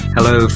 Hello